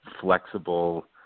flexible